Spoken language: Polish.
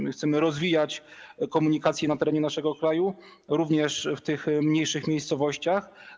My chcemy rozwijać komunikację na terenie naszego kraju, również w mniejszych miejscowościach.